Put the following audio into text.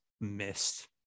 missed